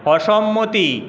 অসম্মতি